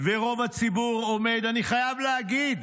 ורוב הציבור עומד, אני חייב להגיד,